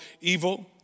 evil